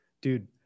Dude